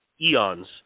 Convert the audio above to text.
eons